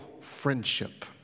friendship